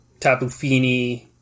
Tabufini